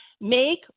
Make